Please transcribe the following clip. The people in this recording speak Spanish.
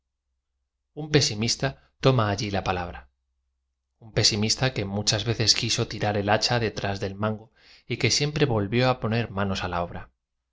un pesimista tom a a lli la palabra un pesimista que muchas veces quiso tirar el hacha detrás del mango y que siempre v o lv ió á poner manos á la obra